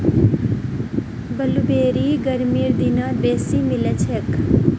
blueberry गर्मीर दिनत बेसी मिलछेक